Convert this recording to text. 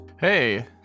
Hey